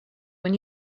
when